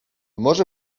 może